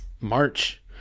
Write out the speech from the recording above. March